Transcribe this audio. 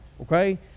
okay